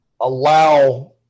allow